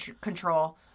control